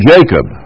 Jacob